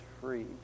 free